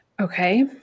Okay